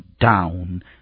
down